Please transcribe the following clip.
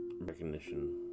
recognition